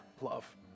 love